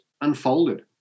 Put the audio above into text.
unfolded